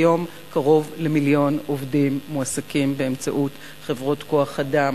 כיום קרוב למיליון עובדים מועסקים באמצעות חברות כוח-אדם,